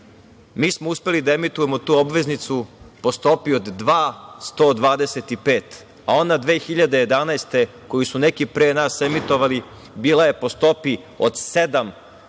smo uspeli da emitujemo tu obveznicu po stopi od 2,125%, a ona 2011. godine, koju su neki pre nas emitovali, bila je po stopi od